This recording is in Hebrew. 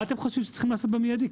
מה אתם חושבים שצריך לעשות במיידי?